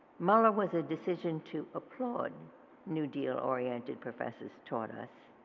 muller was a decision to applaud new deal oriented professors taught us.